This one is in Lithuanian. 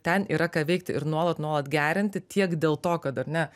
ten yra ką veikti ir nuolat nuolat gerinti tiek dėl to kad ar ne